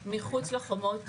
מחוץ לחומות.